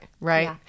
right